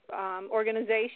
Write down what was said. organization